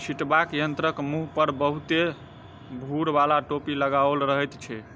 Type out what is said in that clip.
छिटबाक यंत्रक मुँह पर बहुते भूर बाला टोपी लगाओल रहैत छै